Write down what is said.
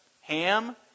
Ham